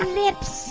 lips